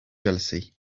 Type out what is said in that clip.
jealousy